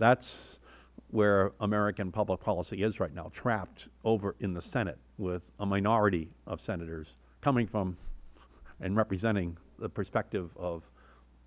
that is where american public policy is right now trapped over in the senate with a minority of senators coming from and representing the perspective of